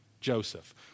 Joseph